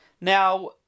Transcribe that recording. Now